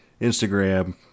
Instagram